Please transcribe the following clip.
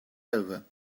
over